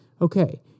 okay